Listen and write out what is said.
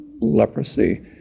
leprosy